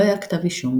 לא היה כתב אישום,